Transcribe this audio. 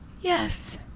Yes